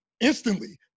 instantly